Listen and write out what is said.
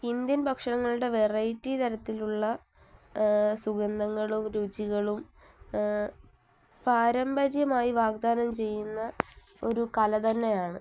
Indian ഭക്ഷണങ്ങളുടെ variety തരത്തിലുള്ള സുഗന്ധങ്ങളും രുചികളും പാരമ്പര്യമായി വാഗ്ദാനം ചെയ്യുന്ന ഒരു കല തന്നെയാണ്